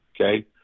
okay